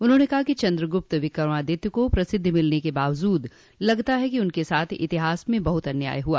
उन्होंने कहा कि चन्द्र गूप्त विक्रमादित्य को प्रसिद्धि मिलने के बावजूद लगता है कि उनके साथ इतिहास में बहुत अन्याय हुआ